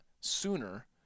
sooner